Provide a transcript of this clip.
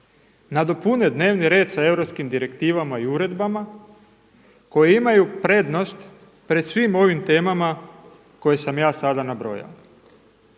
nadopune dnevni red sa europskim direktivama i uredbama koje imaju prednost pred svim ovim temama koje sam ja sada nabrojao.